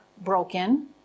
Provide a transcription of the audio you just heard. broken